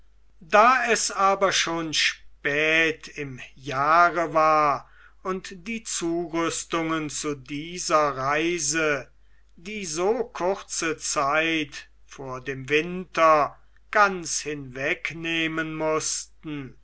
da es aber schon spät im jahre war und die zurüstungen zu dieser reise die so kurze zeit vor dem winter ganz hinwegnehmen mußten